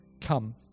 come